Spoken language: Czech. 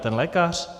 Ten lékař?